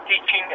teaching